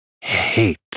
hate